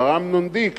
מר אמנון דיק,